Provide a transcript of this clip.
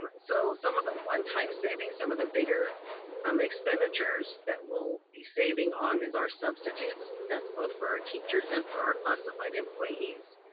um so some of the one-time savings, some of the bigger um expenditures that we'll be saving on is our substitutes, that's both for our teachers and for our classified employees.